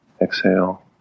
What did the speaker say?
Exhale